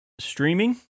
streaming